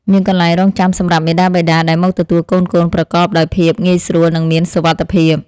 មានកន្លែងរង់ចាំសម្រាប់មាតាបិតាដែលមកទទួលកូនៗប្រកបដោយភាពងាយស្រួលនិងមានសុវត្ថិភាព។